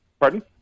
Pardon